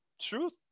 Truth